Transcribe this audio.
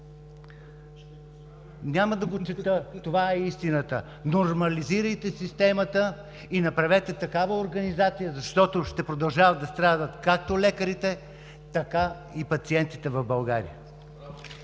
Няма да го чета! Това е истината. Нормализирайте системата и направете такава организация, защото ще продължават да страдат както лекарите, така и пациентите в България.